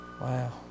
Wow